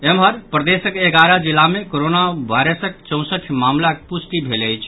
एम्हर प्रदेशक एगारह जिला मे कोरोना वायरसक चौंसठि मामिलाक प्रष्टि भेल अछि